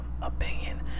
opinion